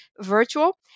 virtual